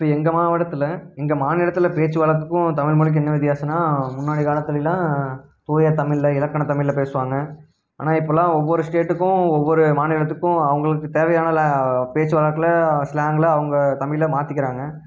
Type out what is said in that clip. இப்போ எங்கள் மாவட்டத்தில் எங்கள் மாநிலத்தில் பேச்சு வழக்குக்கும் தமிழ்மொழிக்கும் என்ன வித்தியாசோன்னால் முன்னாடி காலத்துலிலாம் தூய தமிழ்ல இலக்கணத் தமிழில பேசுவாங்க ஆனால் இப்போல்லாம் ஒவ்வொரு ஸ்டேட்டுக்கும் ஒவ்வொரு மாநிலத்துக்கும் அவர்களுக்கு தேவையான லே பேச்சு வழக்கில் ஸ்லாங்கில் அவங்க தமிழை மாற்றிக்கிறாங்க